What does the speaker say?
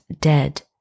dead